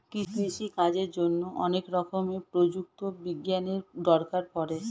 কৃষিকাজের জন্যে অনেক রকমের প্রযুক্তি বিজ্ঞানের দরকার পড়ে